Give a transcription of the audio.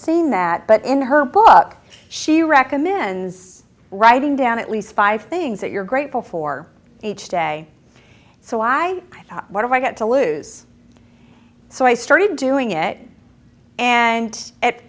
seen that but in her book she recommends writing down at least five things that you're grateful for each day so why what have i got to lose so i started doing it and i